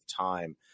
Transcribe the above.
time